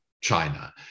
china